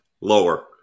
Lower